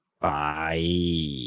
Bye